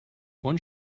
one